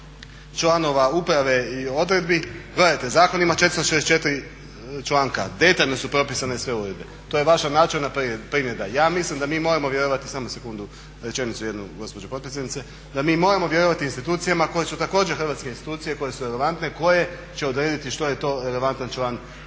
članova upravae i odredbi. Gledajte, zakon ima 464 članka, detaljno su propisane sve uredbe. To je vaša načelna primjedba. Ja mislim da mi moramo vjerovati … …/Upadica se ne čuje./… Samo sekundu, rečenicu jednu, gospođo potpredsjednice./… … Da mi moramo vjerovati institucijama koje su također hrvatske institucije, koje su relevantne, koje će odrediti što je to relevantan član